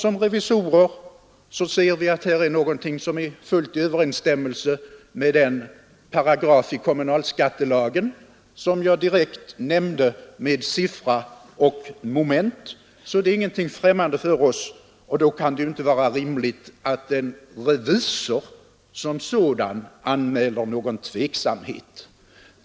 Som revisorer konstaterar vi att förfarandet är i överensstämmelse med den paragraf i kommunalskattelagen, som jag i mitt förra anförande direkt nämnde med paragraf och moment. Då kan det inte vara rimligt att som revisor anmäla tveksamhet.